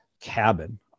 cabin